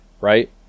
Right